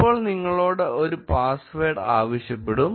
ഇപ്പോൾ നിങ്ങളോട് ഒരു പാസ്വേഡ് ആവശ്യപ്പെടും